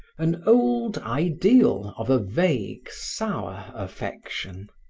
an old ideal of a vague, sour affection.